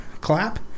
clap